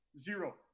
Zero